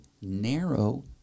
narrow